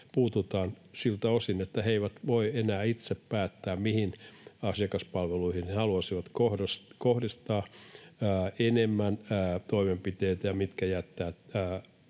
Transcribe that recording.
puututaan siltä osin, että he eivät voi enää itse päättää, mihin asiakaspalveluihin he haluaisivat kohdistaa enemmän toimenpiteitä ja mitkä jättää